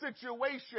situation